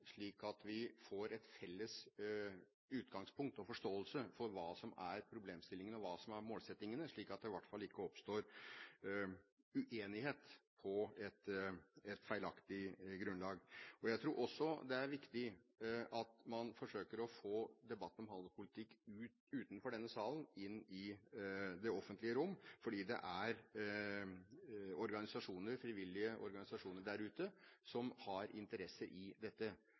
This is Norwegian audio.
slik at vi får et felles utgangspunkt og forståelse for hva som er problemstillingene, og hva som er målsettingene – slik at det i hvert fall ikke oppstår uenighet på et feilaktig grunnlag. Jeg tror også det er viktig at man forsøker å få debatten om handelspolitikk utenfor denne salen, inn i det offentlige rom, fordi det er frivillige organisasjoner der ute som har interesser i dette.